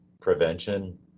prevention